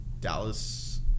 Dallas